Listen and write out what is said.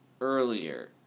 earlier